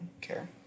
care